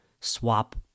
swap